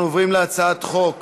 אנחנו עוברים להצעת חוק